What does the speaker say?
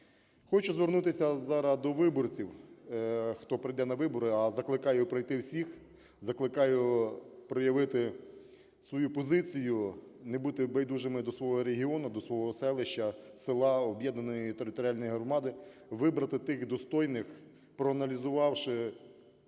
Хочу звернутися зараз до виборців, хто прийде на вибори, а закликаю прийти всіх, закликаю проявити свою позицію, не бути байдужими до свого регіону, до свого селища, села, об'єднаної територіальної громади, вибрати тих достойних, проаналізувавши